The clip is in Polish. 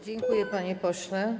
Dziękuję, panie pośle.